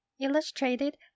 illustrated